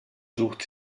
sucht